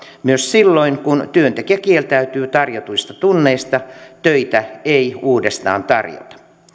myös silloin kun työntekijä kieltäytyy tarjotuista tunneista töitä ei uudestaan tarjota